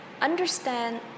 understand